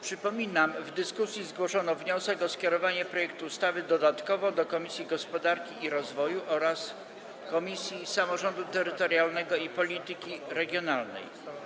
Przypominam, że w dyskusji zgłoszono wniosek o skierowanie projektu ustawy dodatkowo do Komisji Gospodarki i Rozwoju oraz Komisji Samorządu Terytorialnego i Polityki Regionalnej.